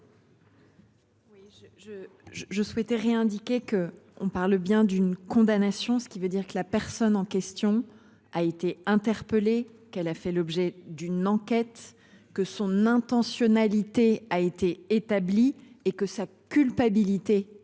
je souhaitais re-indiqué que on parle bien d'une condamnation. Ce qui veut dire que la personne en question a été interpellé, qu'elle a fait l'objet d'une enquête que son intentionnalité a été établi et que sa culpabilité a été